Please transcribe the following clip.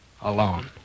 Alone